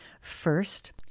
First